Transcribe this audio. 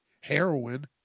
heroin